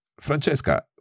Francesca